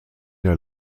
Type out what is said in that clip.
der